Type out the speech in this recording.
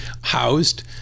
housed